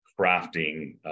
crafting